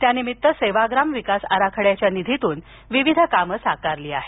त्या निमित्त सेवाग्राम विकास आराखड्याच्या निधीतून विवीध कामं साकारली आहेत